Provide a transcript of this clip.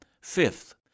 Fifth